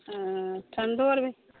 ओ ठण्डो आर भी